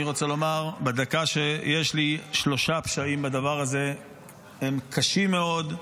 אני רוצה לומר בדקה שיש לי: שלושה פשעים בדבר הזה הם קשים מאוד,